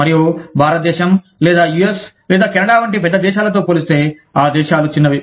మరియు భారతదేశం లేదా యుఎస్ లేదా కెనడా వంటి పెద్ద దేశాలతో పోలిస్తే ఆ దేశాలు చిన్నవి